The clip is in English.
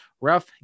Ruff